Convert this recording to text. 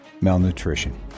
malnutrition